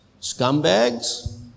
scumbags